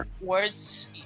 words